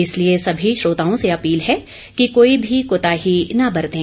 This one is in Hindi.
इसलिए सभी श्रोताओं से अपील है कि कोई भी कोताही न बरतें